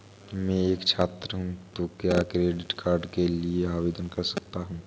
मैं एक छात्र हूँ तो क्या क्रेडिट कार्ड के लिए आवेदन कर सकता हूँ?